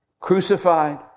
Crucified